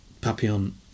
Papillon